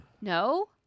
No